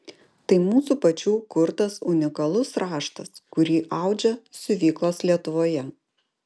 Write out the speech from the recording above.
tai mūsų pačių kurtas unikalus raštas kurį audžia siuvyklos lietuvoje